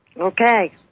Okay